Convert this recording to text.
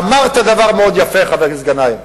ואמרת דבר מאוד יפה, חבר הכנסת גנאים,